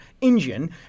engine